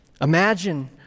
Imagine